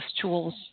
tools